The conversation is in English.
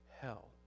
hell